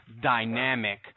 dynamic